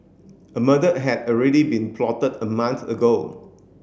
a murder had already been plotted a month ago